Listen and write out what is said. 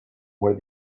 where